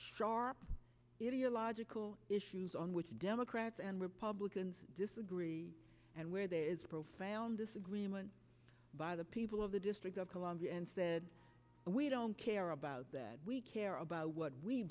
your logical issues on which democrats and republicans disagree and where there is profound disagreement by the people of the district of columbia and said we don't care about that we care about what we